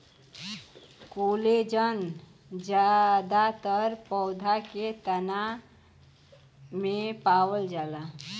collagen जादातर पौधा के तना में पावल जाला